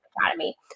academy